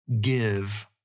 give